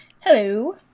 Hello